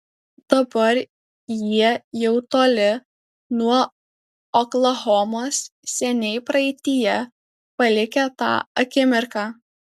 dabar jie jau toli nuo oklahomos seniai praeityje palikę tą akimirką